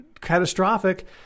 catastrophic